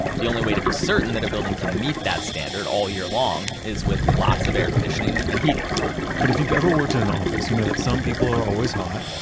the only way to be certain that a building can meet that standard all year long is with lots of air conditioning and heating but if you've ever worked in an office, you know that some people are always hot,